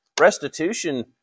Restitution